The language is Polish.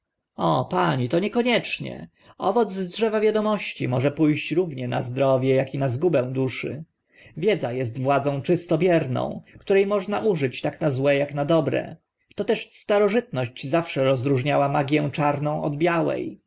o pani to niekoniecznie owoc z drzewa wiadomości może pó ść równie na zdrowie ak na zgubę duszy wiedza est władzą czysto bierną które można użyć tak na złe ak na dobre toteż starożytność zawsze rozróżniała magię czarną od białej